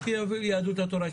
יהדות התורה,